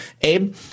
Abe